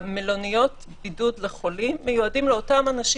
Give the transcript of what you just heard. מלוניות הבידוד לחולים מיועדים לאותם אנשים